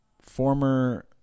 former